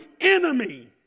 enemy